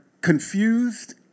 confused